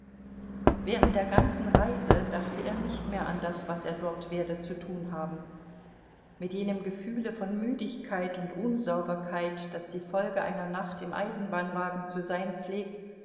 während der ganzen reise dachte er nicht mehr an das was er dort werde zu tun haben mit jenem gefühle von müdigkeit und unsauberkeit das die folge einer nacht im eisenbahnwagen zu sein pflegt